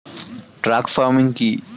Truck farming কি?